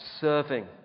serving